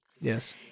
Yes